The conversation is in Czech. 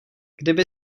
kdyby